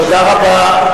תודה רבה.